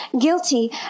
guilty